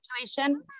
situation